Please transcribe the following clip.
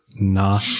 nah